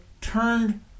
turned